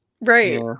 right